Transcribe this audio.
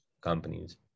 companies